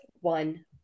one